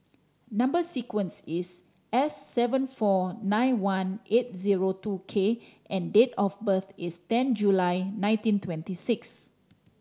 number sequence is S seven four nine one eight zero two K and date of birth is ten July nineteen twenty six